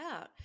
out